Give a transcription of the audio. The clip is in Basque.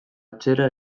atzera